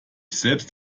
selbst